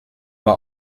war